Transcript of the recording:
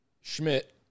Schmidt